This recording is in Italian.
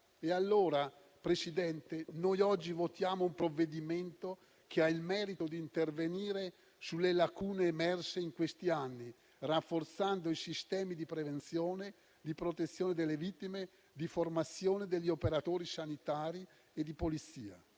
libertà. Presidente, noi oggi votiamo allora un provvedimento che ha il merito di intervenire sulle lacune emerse in questi anni, rafforzando i sistemi di prevenzione, di protezione delle vittime, di formazione degli operatori sanitari e di Polizia;